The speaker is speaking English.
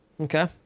okay